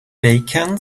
bacon